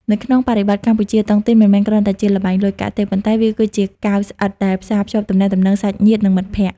នៅក្នុងបរិបទកម្ពុជា តុងទីនមិនមែនគ្រាន់តែជាល្បែងលុយកាក់ទេ ប៉ុន្តែវាគឺជា "កាវស្អិត" ដែលផ្សារភ្ជាប់ទំនាក់ទំនងសាច់ញាតិ និងមិត្តភក្តិ។